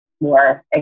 more